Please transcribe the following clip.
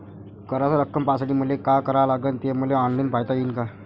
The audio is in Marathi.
कराच रक्कम पाहासाठी मले का करावं लागन, ते मले ऑनलाईन पायता येईन का?